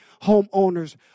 homeowner's